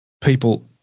people